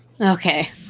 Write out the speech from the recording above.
Okay